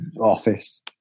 office